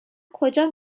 کجا